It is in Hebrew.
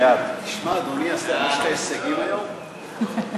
ההצעה להעביר את הצעת חוק הביטוח הלאומי (תיקון